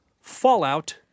Fallout